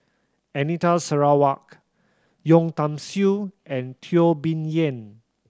Anita Sarawak Yeo Tiam Siew and Teo Bee Yen